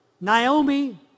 Naomi